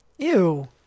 Ew